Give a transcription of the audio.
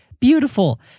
Beautiful